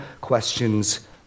questions